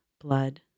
blood